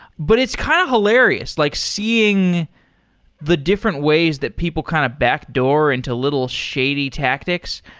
but it's kind of hilarious, like seeing the different ways that people kind of backdoor into little shady tactics.